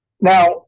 Now